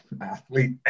athlete